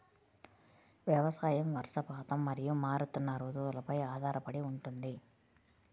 వ్యవసాయం వర్షపాతం మరియు మారుతున్న రుతువులపై ఆధారపడి ఉంటుంది